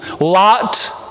Lot